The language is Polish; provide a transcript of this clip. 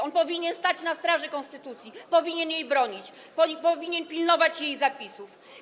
On powinien stać na straży konstytucji, powinien jej bronić, powinien pilnować jej zapisów.